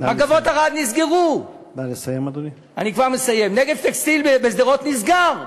"מגבות ערד" נסגרו, "נגב טקסטיל" בשדרות נסגר.